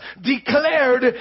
declared